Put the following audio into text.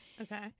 Okay